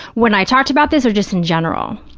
when i talked about this or just in general?